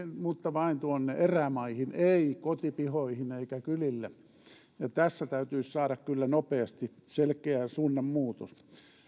mutta vain tuonne erämaihin ei kotipihoihin eikä kylille tässä täytyisi saada kyllä nopeasti selkeä suunnanmuutos